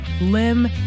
limb